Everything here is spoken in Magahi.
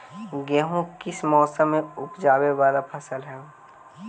गेहूं किस मौसम में ऊपजावे वाला फसल हउ?